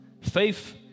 faith